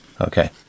Okay